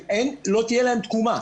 לא תהיה להם תקומה.